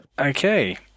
Okay